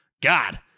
God